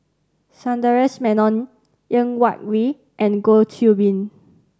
Sundaresh Menon Ng Yak Whee and Goh Qiu Bin